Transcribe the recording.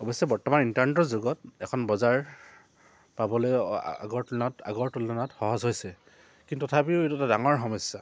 অৱশ্যে বৰ্তমান ইণ্টাৰনেটৰ যুগত এখন বজাৰ পাবলৈ আগৰ তুলনাত আগৰ তুলনাত সহজ হৈছে কিন্তু তথাপিও এইটো এটা ডাঙৰ সমস্যা